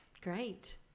great